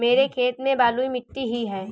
मेरे खेत में बलुई मिट्टी ही है